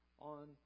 on